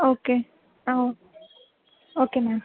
okay okay ma'am